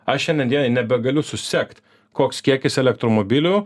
aš šiandien dienai nebegaliu susekt koks kiekis elektromobilių